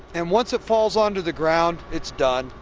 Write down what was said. and once it falls onto the ground, it's done,